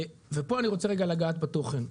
ופה אני רוצה לגעת בתוכן,